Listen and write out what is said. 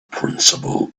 principle